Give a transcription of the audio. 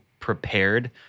prepared